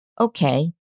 Okay